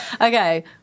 Okay